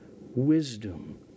wisdom